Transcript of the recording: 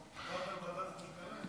הכרזה על מצב חירום),